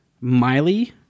Miley